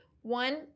One